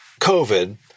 COVID